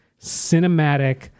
cinematic